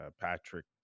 Patrick